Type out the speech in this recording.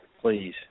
Please